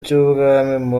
cy’ubwami